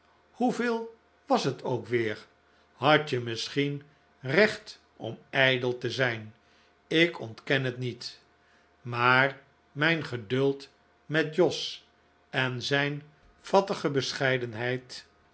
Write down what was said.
hoeveel was het ook weer had je misschien recht om ijdel te zijn ik ontken het niet maar mijn geduld met jos en zijn fattige bescheidenheid